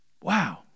Wow